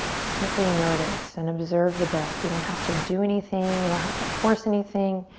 to simply notice and observe the breath. you don't have to do anything. you don't have to force anything.